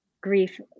grief